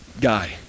guy